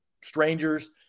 strangers